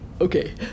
okay